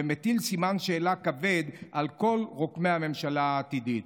ומטילות סימן שאלה כבד על כל רוקמי הממשלה העתידית.